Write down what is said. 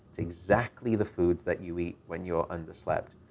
it's exactly the foods that you eat when you are underslept.